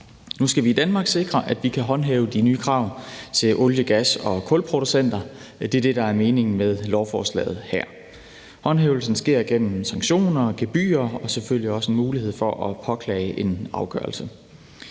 Nu skal vi i Danmark sikre, at vi kan håndhæve de nye krav til olie-, gas- og kulproducenter. Det er det, der er meningen med lovforslaget. Håndhævelsen sker gennem sanktioner, gebyrer og selvfølgelig også en mulighed for at påklage en afgørelse.